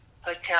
hotel